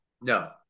No